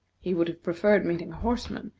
he would have preferred meeting a horseman,